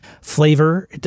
flavor